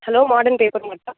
hello modern paper மார்டா